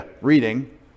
reading